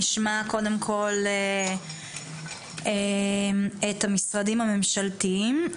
נשמע קודם כל את המשרדים הממשלתיים.